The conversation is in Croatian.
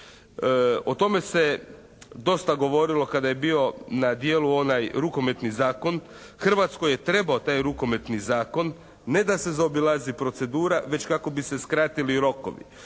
o tome se dosta govorilo kada je bio na djelu onaj rukometni zakon, Hrvatskoj je trebao taj rukometni zakon, ne da se zaobilazi procedura već kako bi se skratili rokovi.